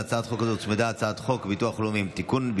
להצעת החוק הזו הוצמדה הצעת חוק הביטוח הלאומי (תיקון,